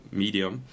medium